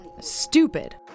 Stupid